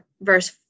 verse